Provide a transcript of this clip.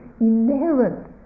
inherent